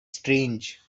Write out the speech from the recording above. strange